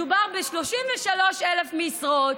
מדובר ב-33,000 משרות,